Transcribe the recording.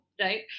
right